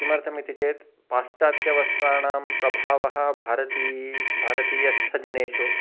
किमर्थम् इति चेत् पाश्चात्यवस्त्राणां प्रभावः भारते भारतीयस्थजनेषु